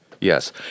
Yes